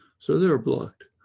so they're blocked.